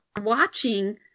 watching